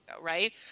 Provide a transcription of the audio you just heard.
right